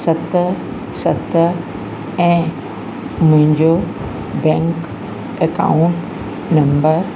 सत सत ऐं मुंहिंजो बैंक अकाउंट नंबर